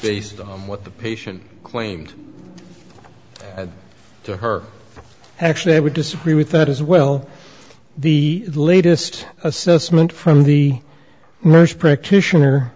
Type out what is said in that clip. based on what the patient claimed to her actually i would disagree with that as well the latest assessment from the nurse practitioner